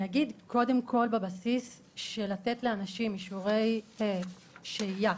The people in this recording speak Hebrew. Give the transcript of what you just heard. קודם כל בבסיס של לתת לאנשים אישורי שהייה